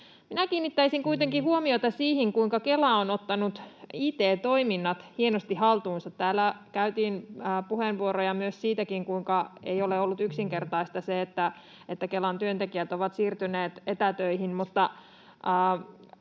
kuitenkin huomiota siihen, kuinka Kela on ottanut it-toiminnat hienosti haltuunsa. Täällä käytettiin puheenvuoroja siitäkin, kuinka ei ole ollut yksinkertaista se, että Kelan työntekijät ovat siirtyneet etätöihin.